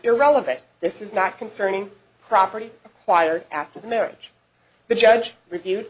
irrelevant this is not concerning property wired after the marriage the judge reviewed